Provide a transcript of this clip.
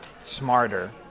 smarter